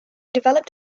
developed